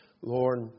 Lord